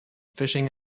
fishing